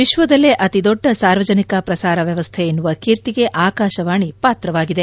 ವಿಶ್ವದಲ್ಲೇ ಅತೀ ದೊಡ್ಡ ಸಾರ್ವಜನಿಕ ಪ್ರಸಾರ ವ್ಯವಸ್ಥೆ ಎನ್ನುವ ಕೀರ್ತಿಗೆ ಆಕಾಶವಾಣಿ ಪಾತ್ರವಾಗಿದೆ